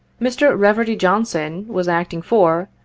mr. keverdy johnson was acting for,